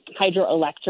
hydroelectric